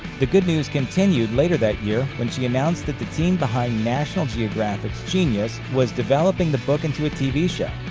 the good news continued later that year when she announced that the team behind national geographic's genius was developing the book into a tv show.